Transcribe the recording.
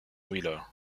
wheeler